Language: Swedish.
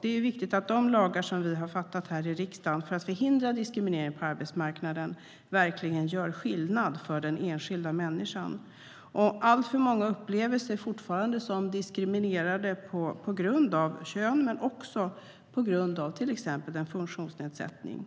Det är viktigt att de lagar som vi har fattat beslut om i riksdagen för att förhindra diskriminering på arbetsmarknaden verkligen gör skillnad för den enskilda människan. Alltför många upplever sig fortfarande vara diskriminerade på grund av kön eller funktionsnedsättning.